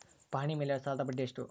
ಪಹಣಿ ಮೇಲೆ ಸಾಲದ ಬಡ್ಡಿ ಎಷ್ಟು?